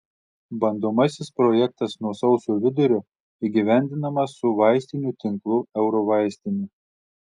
bandomasis projektas nuo sausio vidurio įgyvendinamas su vaistinių tinklu eurovaistinė